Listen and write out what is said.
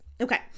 Okay